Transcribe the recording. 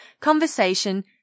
conversation